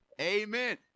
amen